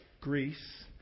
Greece